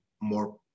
more